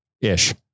ish